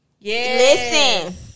listen